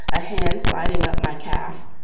a hand's sliding up my calf.